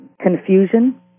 confusion